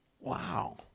Wow